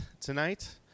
tonight